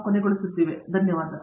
professor Babu Vishwanath ಧನ್ಯವಾದಗಳು